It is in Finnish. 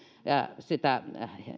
sitä vähän